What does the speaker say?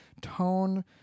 tone